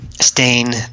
stain